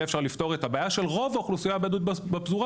אפשר יהיה לפתור את הבעיה של רוב האוכלוסייה הבדואית בפזורה,